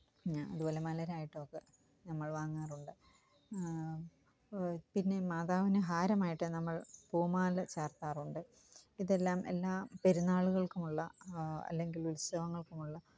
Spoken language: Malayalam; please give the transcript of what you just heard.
അതുപോലെ മലരായിട്ടൊക്കെ നമ്മള് വാങ്ങാറുണ്ട് പിന്നെ മാതാവിന് ഹാരമായിട്ട് നമ്മള് പൂമാല ചാര്ത്താറുണ്ട് ഇതെല്ലാം എല്ലാ പെരുന്നാളുകള്ക്കുമുള്ള അല്ലെങ്കിലുല്ത്സവങ്ങള്ക്കുമുള്ള